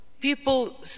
People